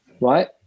right